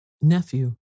Nephew